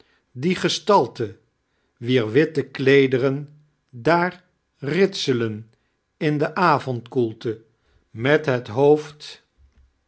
die gesitaltei wier witte kleedeiren daar ritselen in de avondkoelte met het hoofd